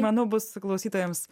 manau bus klausytojams